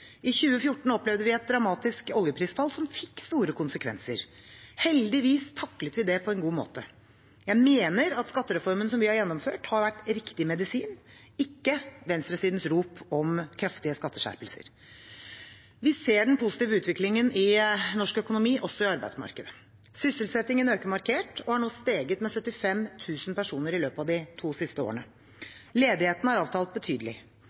I 2014 opplevde vi et dramatisk oljeprisfall som fikk store konsekvenser. Heldigvis taklet vi det på en god måte. Jeg mener skattereformen vi har gjennomført, har vært riktig medisin – ikke venstresidens rop om kraftige skatteskjerpelser. Vi ser den positive utviklingen i norsk økonomi også i arbeidsmarkedet. Sysselsettingen øker markert og har nå steget med 75 000 personer i løpet av de to siste årene. Ledigheten har avtatt betydelig.